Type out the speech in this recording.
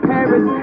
Paris